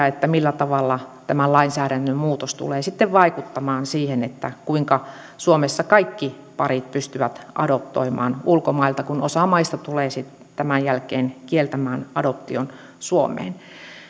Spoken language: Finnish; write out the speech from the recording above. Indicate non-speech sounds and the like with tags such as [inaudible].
[unintelligible] että millä tavalla tämän lainsäädännön muutos tulee sitten vaikuttamaan siihen kuinka suomessa kaikki parit pystyvät adoptoimaan ulkomailta kun osa maista tulee sitten tämän jälkeen kieltämään adoption suomeen